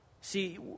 See